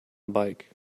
bike